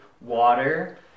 water